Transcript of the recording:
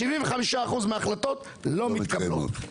שם 75% מההחלטות לא מתקבלות.